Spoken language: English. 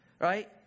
right